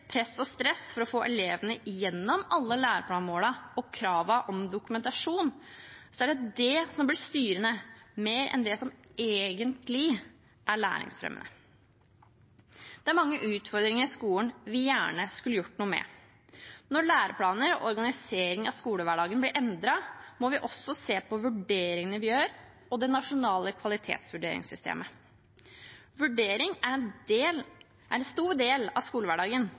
press og stress for å få elevene igjennom alle læreplanmålene og kravene om dokumentasjon, er det det som blir styrende mer enn det som egentlig er læringsfremmende. Det er mange utfordringer i skolen vi gjerne skulle gjort noe med. Når læreplaner og organisering av skolehverdagen blir endret, må vi se på vurderingene vi gjør, og på det nasjonale kvalitetsvurderingssystemet. Vurdering er en stor del av skolehverdagen,